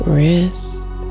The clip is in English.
Wrist